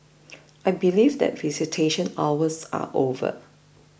I believe that visitation hours are over